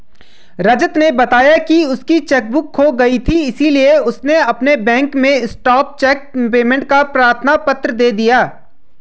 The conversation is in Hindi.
रजत ने बताया की उसकी चेक बुक खो गयी थी इसीलिए उसने अपने बैंक में स्टॉप चेक पेमेंट का प्रार्थना पत्र दे दिया